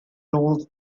knows